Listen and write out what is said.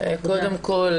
קודם כול,